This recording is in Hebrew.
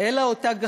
אלא אותה גחמה,